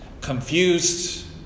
confused